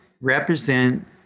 represent